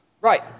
Right